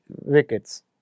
wickets